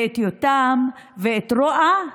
את יותם ואת רואא,